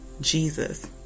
Jesus